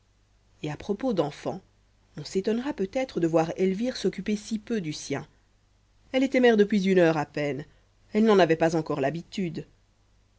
et à propos d'enfant on s'étonnera peut-être de voir elvire s'occuper si peu du sien elle était mère depuis une heure à peine elle n'en avait pas encore l'habitude